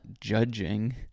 judging